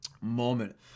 moment